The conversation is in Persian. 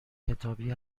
کتابی